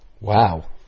Wow